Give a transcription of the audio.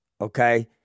Okay